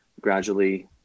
gradually